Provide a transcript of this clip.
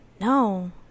No